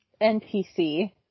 NPC